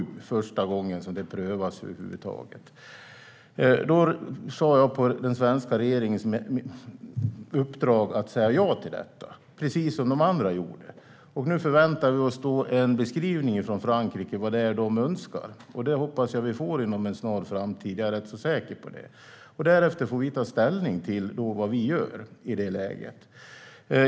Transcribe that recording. Det är första gången som det prövas över huvud taget. Jag sa på regeringens uppdrag ja till detta, precis som de andra gjorde. Nu förväntar vi oss en beskrivning från Frankrike av vad det är de önskar. Det hoppas jag och är rätt säker på att vi får inom en snar framtid. Därefter får vi ta ställning till vad vi ska göra i det läget.